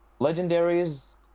Legendaries